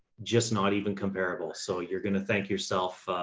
just not even comparable. so you're going to thank yourself, ah,